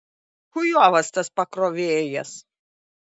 chujovas tas pakrovėjas